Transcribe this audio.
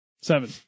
Seven